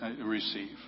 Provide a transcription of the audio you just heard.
Receive